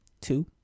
two